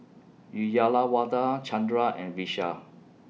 Uyyalawada Chandra and Vishal